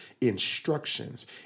instructions